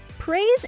praise